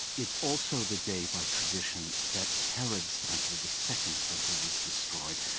it's also the day by tradition that herod's temple, the second temple, was destroyed.